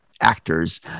actors